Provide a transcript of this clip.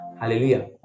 Hallelujah